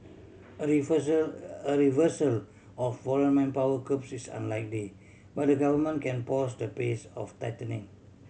a reversal a reversal of foreign manpower curbs is unlikely but the Government can pause the pace of tightening